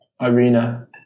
Irina